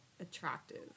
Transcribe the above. attractive